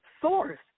source